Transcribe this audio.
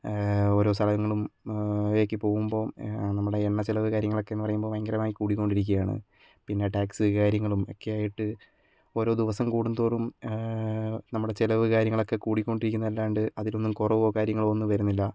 ഓരോ സ്ഥലങ്ങളിലേയ്ക്ക് പോകുമ്പോൾ നമ്മുടെ എണ്ണ ചിലവ് കാര്യങ്ങളൊക്കെ എന്നു പറയുമ്പോൾ ഭയങ്കരമായി കൂടിക്കൊണ്ടിരിക്കുകയാണ് പിന്നെ ടാക്സ് കാര്യങ്ങളും ഒക്കെയായിട്ട് ഓരോ ദിവസം കൂടുംതോറും നമ്മുടെ ചിലവ് കാര്യങ്ങളൊക്ക കൂടിക്കൊണ്ടിരിക്കുന്നതല്ലാണ്ട് അതിലൊന്നും കുറവോ കാര്യങ്ങളോ ഒന്നും വരുന്നില്ല